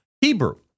Hebrew